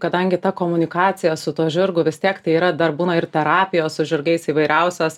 kadangi ta komunikacija su tuo žirgu vis tiek tai yra dar būna ir terapijos su žirgais įvairiausios